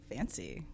Fancy